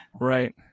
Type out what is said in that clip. Right